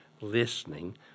listening